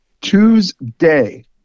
Tuesday